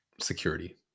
security